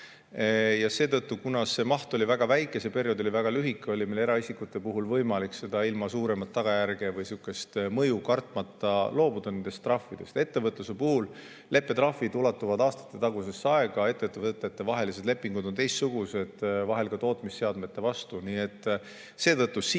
Seetõttu, kuna see maht oli väga väike, see periood oli väga lühike, oli meil eraisikute puhul võimalik ilma suuremat tagajärge või mõju kartmata loobuda nendest trahvidest. Ettevõtluse puhul leppetrahvi piirid ulatuvad aastatetagusesse aega. Ettevõtetevahelised lepingud on teistsugused, vahel ka tootmisseadmete vastu.